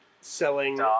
Selling